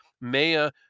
Maya